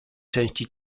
części